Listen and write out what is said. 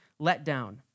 letdown